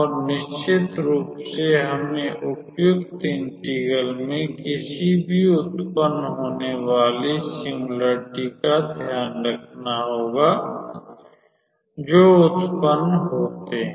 और निश्चित रूप से हमें उपयुक्त इंटेगरल में किसी भी उत्पन्न होने वाली सिंगुलेरिटी का ध्यान रखना होगा जो उत्पन्न होते हैं